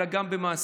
אלא גם במעשים.